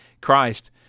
Christ